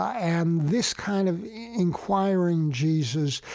and this kind of inquiring jesus,